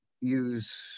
use